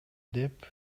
деп